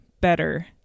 better